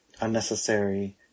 unnecessary